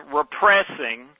repressing